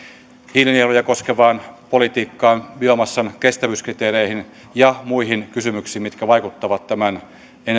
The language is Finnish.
hiilinieluja koskevaan politiikkaan biomassan kestävyyskriteereihin ja muihin kysymyksiin mitkä vaikuttavat tämän energia ja